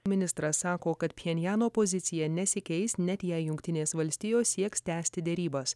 ministras sako kad pchenjano pozicija nesikeis net jei jungtinės valstijos sieks tęsti derybas